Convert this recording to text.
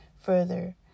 further